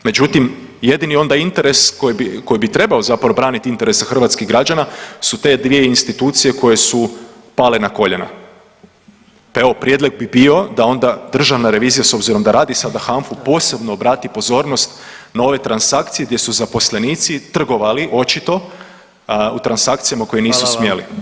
Međutim jedini onda interes koji bi, koji bi trebao zapravo braniti interese hrvatskih građana su te dvije institucije koje su pale na koljena, pa evo prijedlog bi bio da onda državna revizija s obzirom da radi sada HANFA-u posebno obrati pozornost na ove transakcije gdje su zaposlenici trgovali očito u transakcijama koje nisu smjeli.